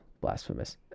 blasphemous